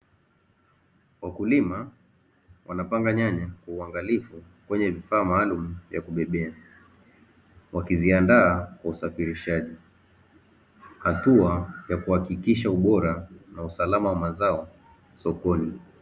Wakulima wanapanga nyanya kwa uangalifu kwenye vifaa maalum vya kubebea, wakiziandaa kwa usafirishaji. Hatua ya kuhakikisha ubora na usalama wa mazao sokoni.